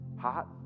Hot